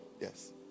Yes